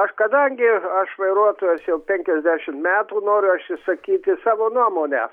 aš kadangi aš vairuotojas jau penkiasdešim metų noriu aš išsakyti savo nuomonę